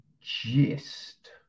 gist